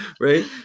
right